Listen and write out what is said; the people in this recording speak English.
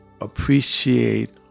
appreciate